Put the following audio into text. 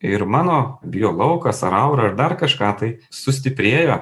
ir mano biolaukas ar aura ar dar kažką tai sustiprėjo